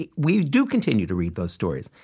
we we do continue to read those stories.